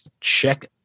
check